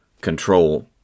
control